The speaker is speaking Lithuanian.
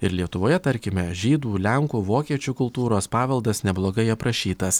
ir lietuvoje tarkime žydų lenkų vokiečių kultūros paveldas neblogai aprašytas